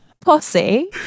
Posse